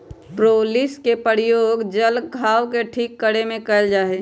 propolis के प्रयोग जल्ल घाव के ठीक करे में कइल जाहई